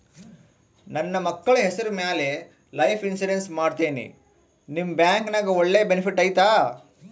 ನನ್ನ ಮಕ್ಕಳ ಹೆಸರ ಮ್ಯಾಲೆ ಲೈಫ್ ಇನ್ಸೂರೆನ್ಸ್ ಮಾಡತೇನಿ ನಿಮ್ಮ ಬ್ಯಾಂಕಿನ್ಯಾಗ ಒಳ್ಳೆ ಬೆನಿಫಿಟ್ ಐತಾ?